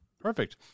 perfect